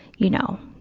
you know,